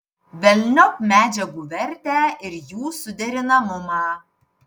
velniop medžiagų vertę ir jų suderinamumą